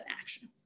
actions